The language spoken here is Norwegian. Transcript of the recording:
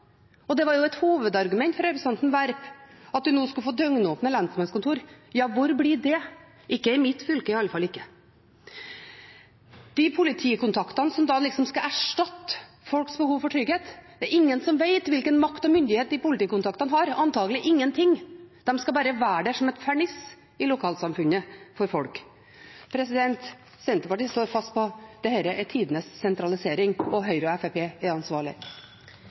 Det var jo et hovedargument fra representanten Werp at en nå skulle få døgnåpne lensmannskontor. Ja, hvor blir det? Ikke i mitt fylke, iallfall. De politikontaktene som liksom skal erstatte folks behov for trygghet, er det ingen som vet hvilken makt og myndighet har. Antagelig ingenting, de skal bare være der som en ferniss i lokalsamfunnet for folk. Senterpartiet står fast på at dette er tidenes sentralisering, og Høyre og Fremskrittspartiet er ansvarlig.